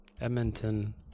Edmonton